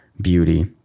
beauty